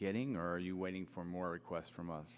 getting or are you waiting for more requests